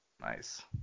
Nice